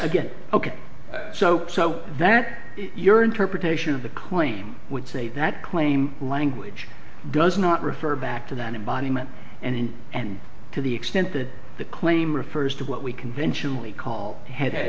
again ok so so that your interpretation of the claim would say that claim language does not refer back to that embodiment and in and to the extent that the claim refers to what we conventionally call ahead